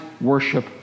worship